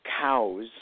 cows